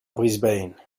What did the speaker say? brisbane